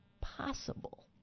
possible